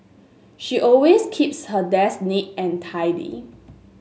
she always keeps her desk neat and tidy